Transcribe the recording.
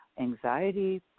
anxiety